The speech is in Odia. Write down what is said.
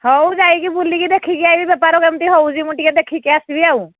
ହଉ ଯାଇକି ବୁଲିକି ଦେଖିକି ଆଇବି ବେପାର କେମିତି ହେଉଛି ମୁଁ ଟିକେ ଦେଖିକି ଆସିବି ଆଉ